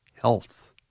health